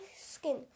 skin